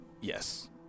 Yes